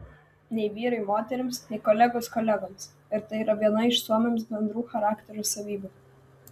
nei vyrai moterims nei kolegos kolegoms ir tai yra viena iš suomiams bendrų charakterio savybių